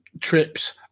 Trips